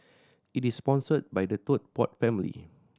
it is sponsored by the Tote Board family